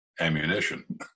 ammunition